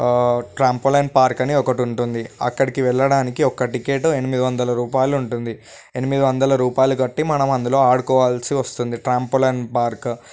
trampoline park అని ఒకటుంటుంది అక్కడికి వెళ్ళడానికి ఒక టికెట్ ఎనిమిది వందల రూపాయలు ఉంటుంది ఎనిమిది వందల రూపాయలు కట్టి మనం అందులో ఆడుకోవాల్సి వస్తుంది ట్రంపోలైన్ పార్క్